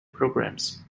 programs